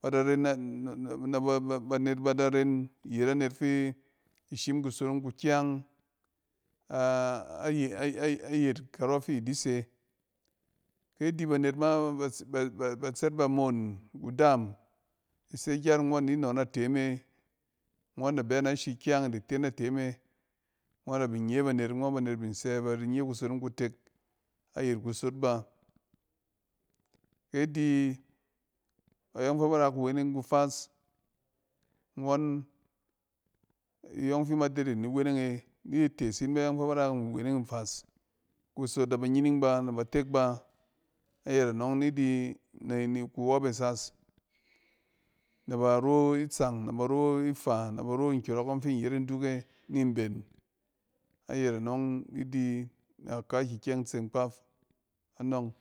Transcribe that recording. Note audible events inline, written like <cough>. Ba da ren <unintelligible> banet ba da ren iyet anet fi shim kusonong kukyang <hesitation> a-ay-ayɛt karↄng fi di se ke idi banet ma ba-ba tsɛt ba moon kudɛɛm, ise gyat ngↄn ni nↄ natee me. Ngↄn banet bin sɛ ban ye kusonong kutek ayɛt kusot ba. Ke di, bayↄng fɛ bar a kuweneng kufas, ngↄng fi ma dede ni weneng e ni di tees yin bayↄng fɛ bar a nweneng nfas. Kusot na ba nyining ba, na ba tek ba. Ayɛt anↄng ni di ni-ni kuwↄp e sas. Nɛ bar o itsang, na ba ro ifa, na bar o nkyↄrↄk ↄng fi in yet nduk e ni mben. Ayɛt anↄng ni di nɛ kɛɛki-kyɛng tseng kpaf anↄng.